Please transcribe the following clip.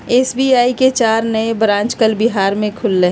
SBI के चार नए ब्रांच कल बिहार में खुलय